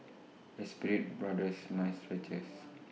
Espirit Brothers